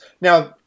now